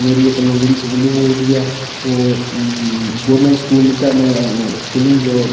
मेरी अपनी जेह्ड़ी स्कूलिंग होई दी ऐ ओह् गौरमेंट स्कूल दा में स्कूलिंग